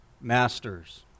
masters